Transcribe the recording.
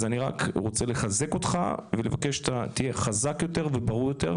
אז אני רק רוצה לחזק אותך ולבקש שתהיה חזק יותר וברור יותר,